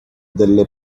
delle